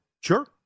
Sure